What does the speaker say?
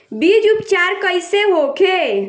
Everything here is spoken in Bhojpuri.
बीज उपचार कइसे होखे?